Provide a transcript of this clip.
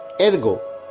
Ergo